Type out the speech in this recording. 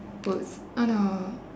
!oops! oh no